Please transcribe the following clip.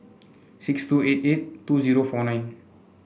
six two eight eight two zero four nine